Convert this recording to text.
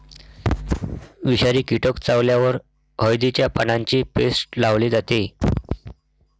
विषारी कीटक चावल्यावर हळदीच्या पानांची पेस्ट लावली जाते